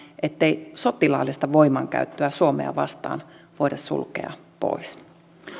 ettei sotilaallista voimankäyttöä suomea vastaan voida sulkea pois